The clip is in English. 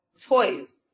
toys